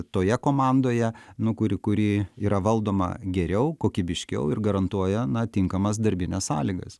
toje komandoje nu kuri kuri yra valdoma geriau kokybiškiau ir garantuoja na tinkamas darbines sąlygas